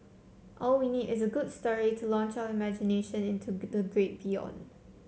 all we need is a good story to launch our imagination into the great beyond